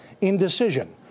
indecision